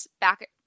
back